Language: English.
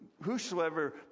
Whosoever